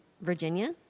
Virginia